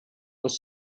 was